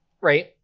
right